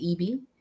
EB